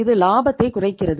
இது லாபத்தைக் குறைக்கிறது